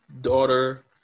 daughter